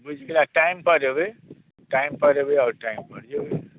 आब बुझि गेलियै टाइमपर एबै टाइमपर एबै आओर टाइमपर जेबै